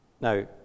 Now